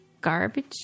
garbage